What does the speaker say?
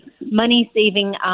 money-saving